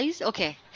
Okay